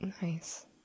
Nice